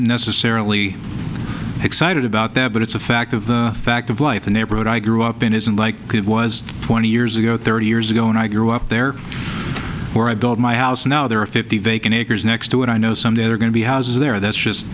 necessarily excited about that but it's a fact of the fact of life the neighborhood i grew up in isn't like it was twenty years ago thirty years ago when i grew up there where i build my house now there are fifty vacant acres next to it i know some that are going to be houses there that's just